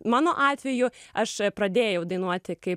mano atvėju aš pradėjau dainuoti kaip